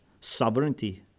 sovereignty